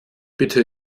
bitte